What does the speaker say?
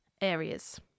areas